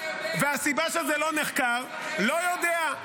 אתה יודע --- והסיבה שזה לא נחקר, לא יודע.